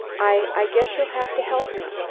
i i guess you'll have to help me.